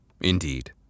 Indeed